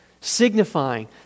signifying